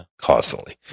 constantly